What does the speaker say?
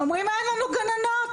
אין לנו גננות,